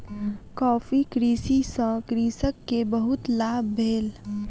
coffee कृषि सॅ कृषक के बहुत लाभ प्राप्त भेल